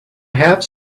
have